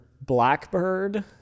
Blackbird